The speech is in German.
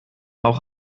auch